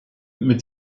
mit